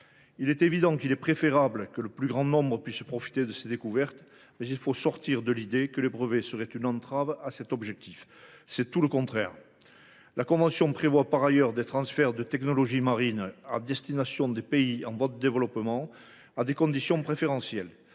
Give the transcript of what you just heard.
Il est évident qu’il est préférable que le plus grand nombre puisse profiter de ces découvertes, mais il faut sortir de l’idée que les brevets seraient une entrave à cet objectif. C’est tout le contraire. La convention prévoit par ailleurs des transferts de technologies marines à destination des pays en voie de développement, à des conditions préférentielles.